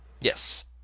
yes